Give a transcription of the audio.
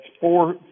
four